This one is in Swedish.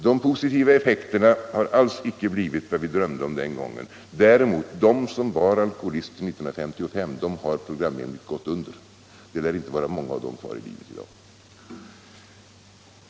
De positiva effekterna har alls icke blivit vad vi drömde om den gången, men de som var alkoholister 1955 har programenligt gått under. Det lär inte vara många av dem kvar i livet i dag.